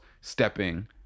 stepping